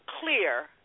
clear